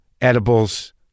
edibles